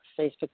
Facebook